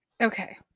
okay